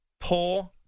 poor